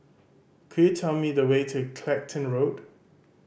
could you tell me the way to Clacton Road